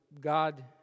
God